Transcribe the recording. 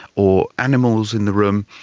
or animals in the room,